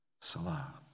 Salah